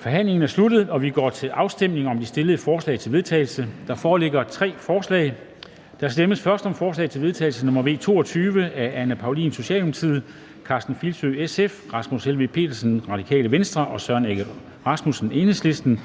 Forhandlingen er sluttet, og vi går til afstemning om de fremsatte forslag til vedtagelse. Der foreligger tre forslag. Der stemmes først om forslag til vedtagelse nr. V 22 af Anne Paulin (S), Karsten Filsø (SF), Rasmus Helveg Petersen (RV) og Søren Egge Rasmussen (EL), og